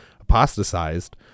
apostatized